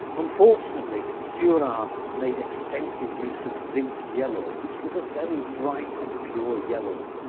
unfortunately, seurat made extensive use of zinc yellow which was a very bright and pure yellow.